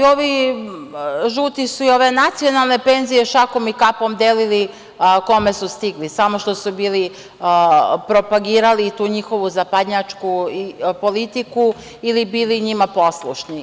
Ovi žuti su i ove nacionalne penzije šakom i kapom delili kome su stigli, samo što su bili propagirali tu njihovu zapadnjačku politiku ili bili njima poslušni.